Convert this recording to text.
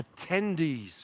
attendees